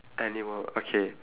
animal okay